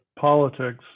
politics